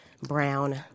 brown